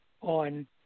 on